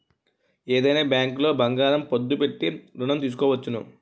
ఏదైనా బ్యాంకులో బంగారం పద్దు పెట్టి ఋణం తీసుకోవచ్చును